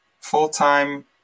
full-time